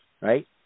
right